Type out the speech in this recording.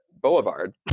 Boulevard